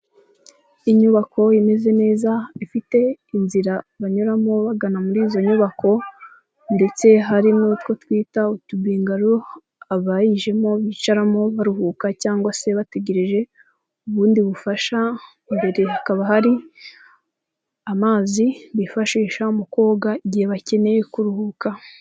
Inyubako imeze neza ifite inzira banyuramo bagana muri izo nyubako ndetse hari n'utwo twita utubingaro abayijemo bicaramo baruhuka cyangwa se bategereje ubundi bufasha, imbere hakaba hari amazi bifashisha mu koga igihe bakeneye kuruhuka.